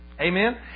Amen